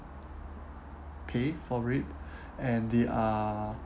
pay for rape and they are